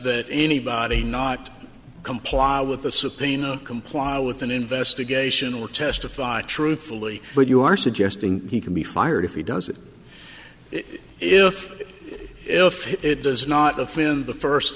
that anybody not comply with the subpoena comply with an investigation or testify truthfully but you are suggesting he can be fired if he does it if if it does not offend the first